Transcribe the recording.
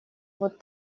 вот